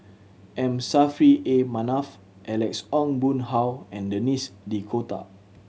M Saffri A Manaf Alex Ong Boon Hau and Denis D'Cotta